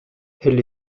elle